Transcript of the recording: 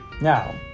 now